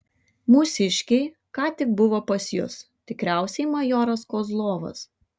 mūsiškiai ką tik buvo pas jus tikriausiai majoras kozlovas